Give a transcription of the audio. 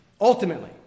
Ultimately